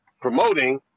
promoting